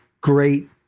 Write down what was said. great